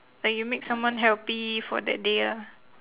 like you make someone healthy for that day ah